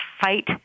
fight